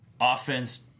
offense